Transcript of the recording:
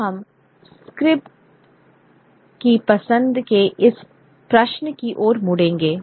अब हम स्क्रिप्ट की पसंद के इस प्रश्न की ओर मुड़ेंगे